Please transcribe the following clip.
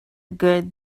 good